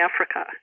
Africa